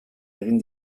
egin